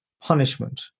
punishment